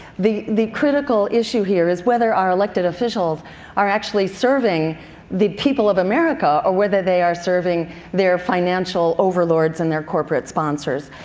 the the critical issue here is whether our elected officials are actually serving the people of america, or whether they are serving their financial overlords and their corporate sponsors.